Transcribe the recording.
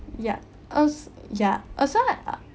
ya us ya uh so I thought